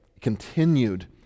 continued